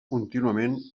contínuament